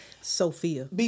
Sophia